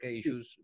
issues